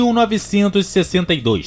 1962